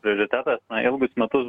prioritetas na ilgus metus